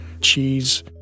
cheese